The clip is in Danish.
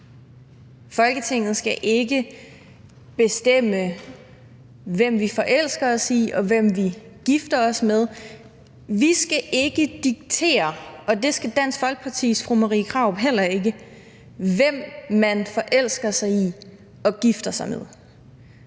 Folketinget skal ikke bestemme, hvem vi forelsker os i, og hvem vi gifter os med. Vi skal ikke diktere, og det skal Dansk Folkepartis fru Marie Krarup heller ikke, hvem man forelsker sig i og gifter sig med.